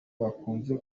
bakunze